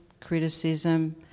criticism